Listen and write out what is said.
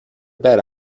bed